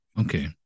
okay